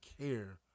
care